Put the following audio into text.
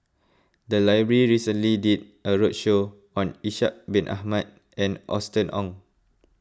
the library recently did a roadshow on Ishak Bin Ahmad and Austen Ong